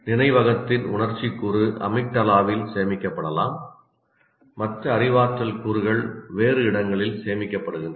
நினைவகத்தின் உணர்ச்சி கூறு அமிக்டலாவில் சேமிக்கப்படலாம் மற்ற அறிவாற்றல் கூறுகள் வேறு இடங்களில் சேமிக்கப்படுகின்றன